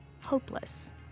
hopeless